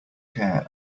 care